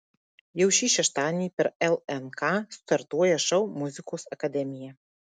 jau šį šeštadienį per lnk startuoja šou muzikos akademija